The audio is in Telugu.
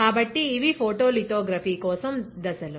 కాబట్టి ఇవి ఫోటోలితోగ్రఫీ కోసం దశలు